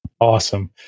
Awesome